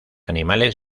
animales